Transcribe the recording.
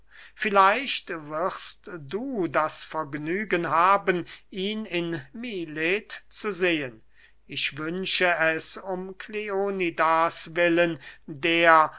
vielleicht wirst du das vergnügen haben ihn in milet zu sehen ich wünsche es um kleonidas willen der